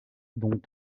dont